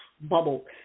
bubble